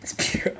spear